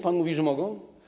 Pan mówi, że mogą?